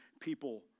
people